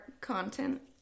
content